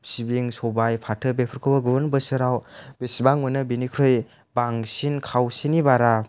सिबिं सबाइ फाथो बेफोरखौबो गुबुन बोसोराव बेसेबां मोनो बेनिख्रुइ बांसिन खावसेनि बारा